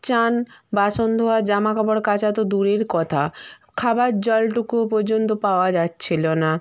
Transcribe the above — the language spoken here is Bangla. চান বাসন ধোয়া জামা কাপড় কাচা তো দূরের কথা খাবার জলটুকুও পর্যন্ত পাওয়া যাচ্ছিলো না